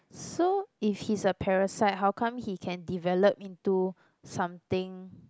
so if he's a parasite how come he can develop into something